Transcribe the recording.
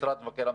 אנחנו מבהירים.